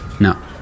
No